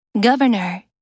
Governor